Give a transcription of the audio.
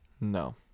No